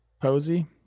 Posey